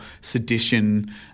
sedition